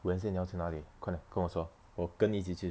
wednesday 你要去哪里快点跟我说我跟你一起去